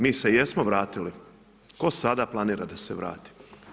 Mi se jesmo vratili, tko sada planira da se vrati?